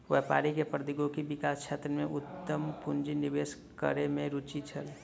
व्यापारी के प्रौद्योगिकी विकास क्षेत्र में उद्यम पूंजी निवेश करै में रूचि छल